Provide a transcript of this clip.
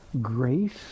Grace